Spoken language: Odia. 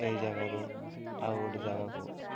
ଏ ଜାଗାରୁ ଆଉ ଗୋଟେ ଜାଗାକୁ